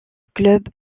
club